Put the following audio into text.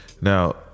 Now